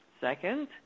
Second